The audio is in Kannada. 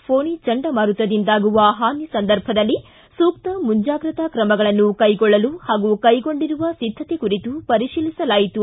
ಫೋನಿ ಚಂಡಮಾರುತದಿಂದಾಗುವ ಹಾನಿ ಸಂದರ್ಭದಲ್ಲಿ ಸೂಕ್ತ ಮುಂಜಾಗ್ರತಾ ತ್ರಮಗಳನ್ನು ಕೈಗೊಳ್ಳಲು ಹಾಗೂ ಕೈಗೊಂಡಿರುವ ಸಿದ್ದತೆ ಕುರಿತು ಪರೀಶಿಲಿಸಲಾಯಿತು